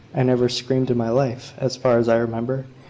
i never screamed in my life, as far as i remember.